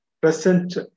present